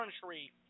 country